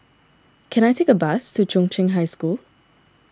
can I take a bus to Chung Cheng High School